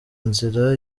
nzira